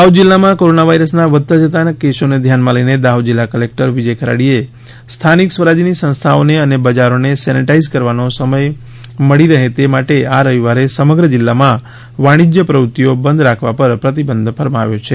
દાહોદ જિલ્લામાં કોરોના વાયરસના વધતા જતા કેસોને ધ્યાનમાં લઇને દાહોદ જિલ્લા કલેકટર વિજય ખાડીએ સ્થાનિક સ્વરાજ્યની સંસ્થાઓને અને બજારોને સેનેટાઇઝ કરવાનો સમય મળી રહે તે માટે આ રવિવારે સમગ્ર જિલ્લામાં વાણિશ્ર્ય પ્રવૃત્તિઓ બંધ રાખવા પ્રતિબંધ ફરમાવ્યો છે